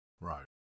right